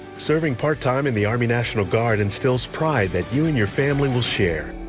serving part time in the army national guard instills pride that you and your family will share.